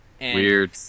Weird